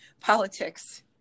Politics